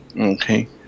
Okay